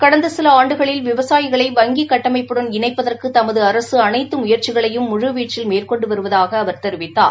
கடந்த சில ஆண்டுகளில் விவசாயிகளை வங்கி கட்டமைப்புடன் இணைப்பதற்கு தமது அரசு அனைத்து முயற்சிகளையும் முழுவீச்சில் மேற்கொண்டு வருவதாக அவர் தெரிவித்தார்